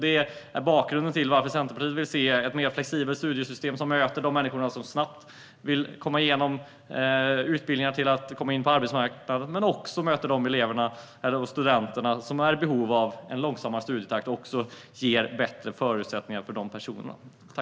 Det är bakgrunden till att Centerpartiet vill se ett mer flexibelt studiesystem som möter de människor som snabbt vill komma igenom utbildningar och komma in på arbetsmarknaden och som möter de elever och studenter som är i behov av en långsammare studietakt - det ska också ge bättre förutsättningar för de personerna.